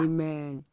Amen